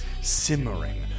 simmering